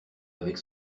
avec